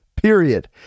period